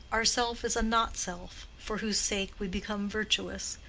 our self is a not-self for whose sake we become virtuous,